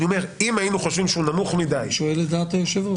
אם היינו חושבים שהוא נמוך מדי -- אני שואל לדעת היושב-ראש.